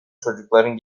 çocukların